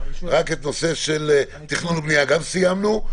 תכנון ובנייה גם סיימנו,